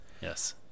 Yes